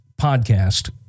podcast